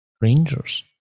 Rangers